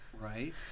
Right